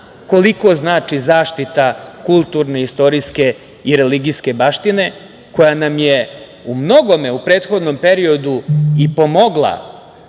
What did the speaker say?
koliko znači zaštita kulturne, istorijske i religijske baštine koja nam je u mnogome u prethodnom periodu i pomogla